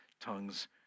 tongues